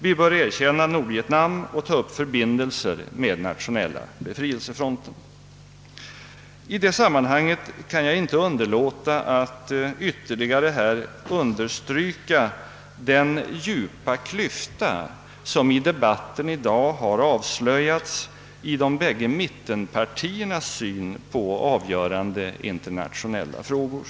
Vi bör erkänna Nordvietnam och knyta förbindelser med Nationella befrielsefronten. I detta sammanhang kan jag inte underlåta att ytterligare understryka den djupa klyfta som i debatten i dag har avslöjats i de bägge mittenpartier nas syn på avgörande internationella frågor.